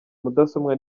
mudasobwa